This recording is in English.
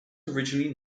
originally